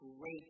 great